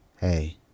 hey